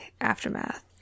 aftermath